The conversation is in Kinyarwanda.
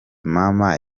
mama